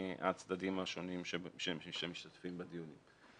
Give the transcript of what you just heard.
הצדדים השונים שמשתתפים בדיונים.